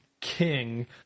king